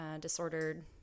disordered